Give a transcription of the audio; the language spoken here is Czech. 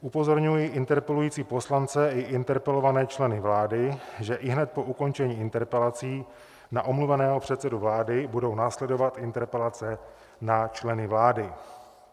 Upozorňuji interpelující poslance i interpelované členy vlády, že ihned po ukončení interpelací na omluveného předsedu vlády budou následovat interpelace na členy vlády.